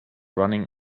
running